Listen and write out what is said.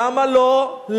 למה לא?